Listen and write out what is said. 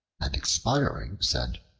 and expiring said,